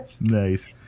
nice